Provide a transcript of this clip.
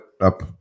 up